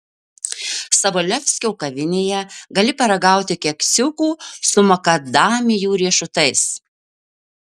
sobolevskio kavinėje gali paragauti keksiukų su makadamijų riešutais